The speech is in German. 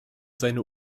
seine